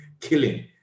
killing